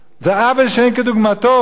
זו הרי חוצפה שאין כדוגמתה, זה עוול שאין כדוגמתו.